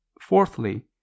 Fourthly